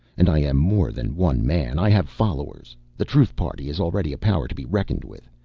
and i am more than one man. i have followers. the truth party is already a power to be reckoned with.